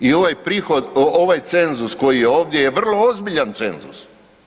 I ovaj cenzus koji je ovdje je vrlo ozbiljan cenzus.